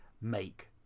make